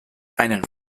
einen